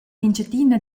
engiadina